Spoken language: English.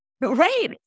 Right